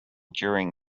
during